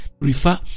refer